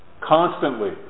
constantly